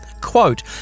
Quote